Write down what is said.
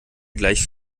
gleich